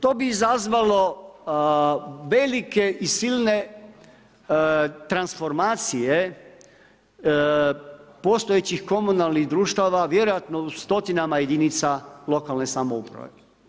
To bi izazvalo velike i silne transformacije postojećih komunalnih društava vjerojatno u stotinama jedinica lokalne samouprave.